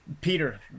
Peter